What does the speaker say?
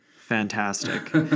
Fantastic